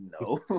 no